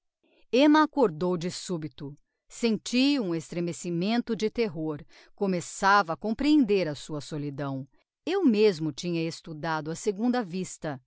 emma acordou de subito senti um estremecimento de terror começava a comprehender a sua solidão eu mesmo tinha estudado a segunda vista